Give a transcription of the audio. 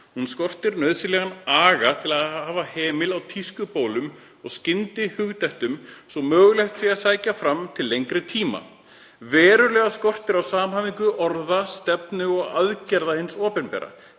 Það skortir nauðsynlegan aga til að hafa hemil á tískubólum og skyndihugdettum svo mögulegt sé að sækja fram til lengri tíma. Verulega skortir á samhæfingu orða, stefnu og aðgerða hins opinbera.